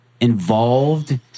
involved